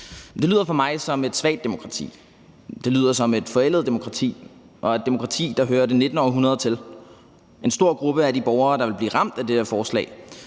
lyder for mig som et svagt demokrati. Det lyder som et forældet demokrati og et demokrati, der hører det 19. århundrede til. En stor gruppe af de borgere, der vil blive ramt af det her forslag,